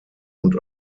und